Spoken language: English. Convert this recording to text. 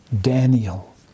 Daniel